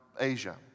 Asia